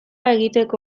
egiteko